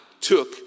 took